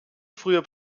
früher